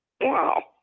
Wow